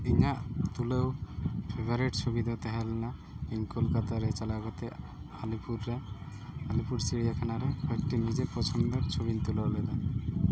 ᱤᱧᱟᱹᱜ ᱛᱩᱞᱟᱹᱣ ᱯᱷᱮᱵᱟᱨᱮᱴ ᱪᱷᱚᱵᱤ ᱫᱚ ᱛᱟᱦᱮᱸ ᱞᱮᱱᱟ ᱤᱧ ᱠᱳᱞᱠᱟᱛᱟ ᱨᱮ ᱪᱟᱞᱟᱣ ᱠᱟᱛᱮ ᱟᱞᱤᱯᱩᱨ ᱨᱮ ᱟᱞᱤᱯᱩᱨ ᱪᱤᱲᱭᱟ ᱠᱷᱟᱱᱟ ᱨᱮ ᱠᱚᱭᱮᱠᱴᱤ ᱱᱤᱡᱮᱨ ᱯᱚᱪᱷᱚᱱᱫᱚ ᱪᱷᱩᱵᱤᱧ ᱛᱩᱞᱟᱹᱣ ᱞᱮᱫᱟ